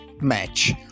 match